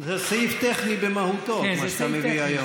זה סעיף טכני במהותו, מה שאתה מביא היום.